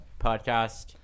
podcast